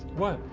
what?